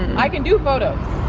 i can do photos.